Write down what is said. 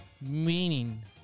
meaning